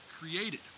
created